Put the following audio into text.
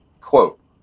Quote